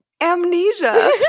Amnesia